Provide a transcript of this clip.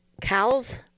cows